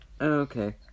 Okay